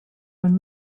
when